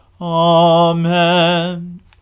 Amen